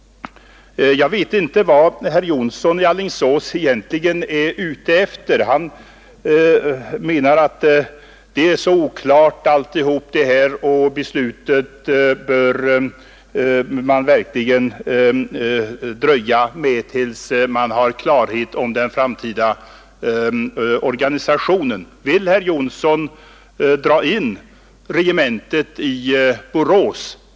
Jag vet inte vad herr Jonsson i Alingsås egentligen är ute efter. Han menar att allt det här är oklart och att man bör dröja med beslutet tills man har fått klarhet om den framtida organisationen. Vill herr Jonsson dra in regementet i Borås?